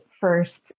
first